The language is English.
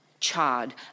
charred